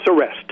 arrest